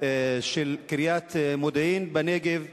של קריית המודיעין בנגב,